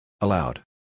Allowed